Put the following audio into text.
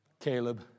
Caleb